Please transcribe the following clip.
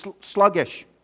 sluggish